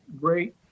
great